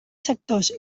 sectors